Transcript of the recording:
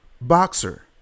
boxer